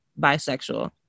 bisexual